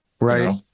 Right